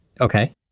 Okay